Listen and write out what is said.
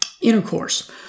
intercourse